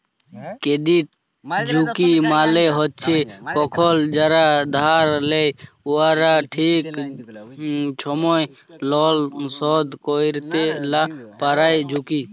credit ঝুঁকি মালে হছে কখল যারা ধার লেয় উয়ারা ঠিক ছময় লল শধ ক্যইরতে লা পারার ঝুঁকি